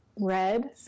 red